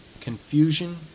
confusion